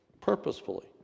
purposefully